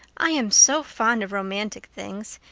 i am so fond of romantic things,